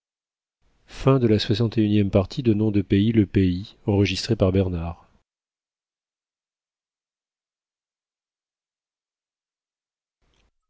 le roi de le